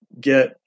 get